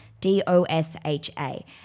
D-O-S-H-A